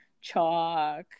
chalk